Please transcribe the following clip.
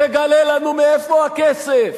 תגלה לנו מאיפה הכסף,